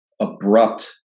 abrupt